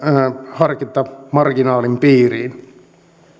harkintamarginaalin piiriin